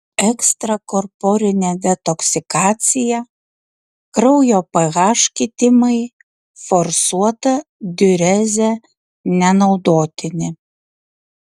ekstrakorporinė detoksikacija kraujo ph kitimai forsuota diurezė nenaudotini